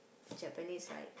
Japanese right